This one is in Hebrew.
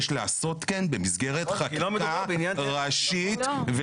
יש לעשות כן במסגרת חקיקה ראשית,